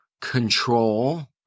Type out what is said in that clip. Control